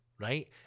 right